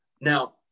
Now